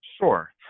Sure